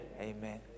Amen